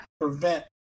prevent